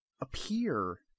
appear